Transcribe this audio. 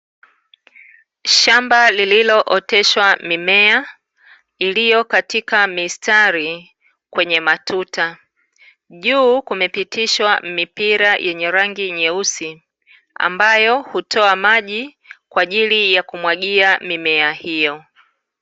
Shamba lililooteshwa mimea iliyo katika mistari kwenye matuta, juu kumepitishwa mipira yenye rangi nyeusi ambayo hutoa maji kwa ajili ya kumwagia mimea hiyo.